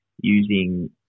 using